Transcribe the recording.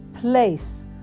place